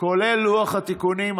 כולל לוח התיקונים.